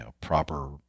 proper